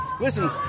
listen